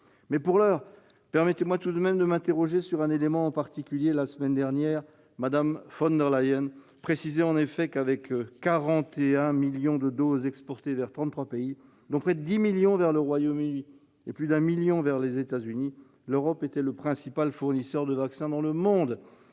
Mais, pour l'heure, permettez-moi tout de même de m'interroger sur un élément en particulier. La semaine dernière, Mme von der Leyen précisait en effet qu'avec 41 millions de doses exportées vers 33 pays, dont près de 10 millions vers le Royaume-Uni et plus de 1 million vers les États-Unis, l'Europe était le principal fournisseur de vaccins dans le monde.